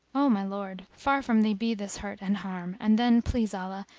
o my lord, far from thee be this hurt and harm and then, please allah,